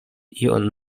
ion